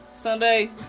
Sunday